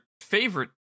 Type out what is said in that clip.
favorite